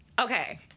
Okay